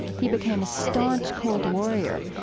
he became a staunch cold warrior,